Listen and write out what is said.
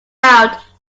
out